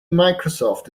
microsoft